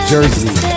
Jersey